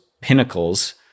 pinnacles